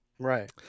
Right